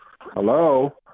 Hello